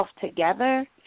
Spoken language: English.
together